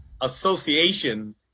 association